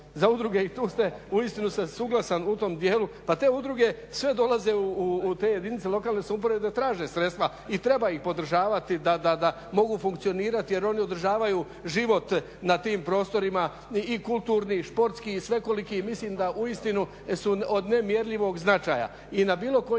za udruge i tu ste uistinu sam suglasan u tom djelu. Pa te udruge dolaze sve dolaze u te jedinice lokalne samouprave da traže sredstva i treba ih podržavati da mogu funkcionirati jer oni održavaju život nad tim prostorima i kulturni i športski i svekoliki i mislim da uistinu su od nemjerljivog značaja i na bilo koji